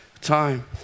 time